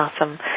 awesome